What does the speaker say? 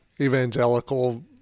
evangelical